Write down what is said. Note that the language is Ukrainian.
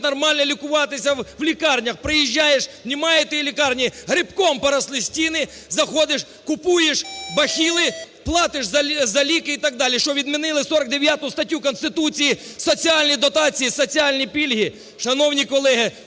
нормально лікуватися в лікарнях. Приїжджаєш, немає тої лікарні, грибком поросли стіни. Заходиш, купуєш бахіли, платиш за ліки і так далі. Що відмінили 49 статтю Конституції – соціальні дотації, соціальні пільги? Шановні колеги,